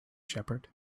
shepherd